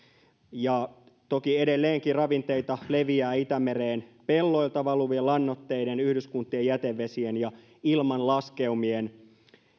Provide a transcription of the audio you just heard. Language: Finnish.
ja toki edelleenkin ravinteita leviää itämereen pelloilta valuvien lannoitteiden yhdyskuntien jätevesien ja ilmanlaskeumien